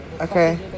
okay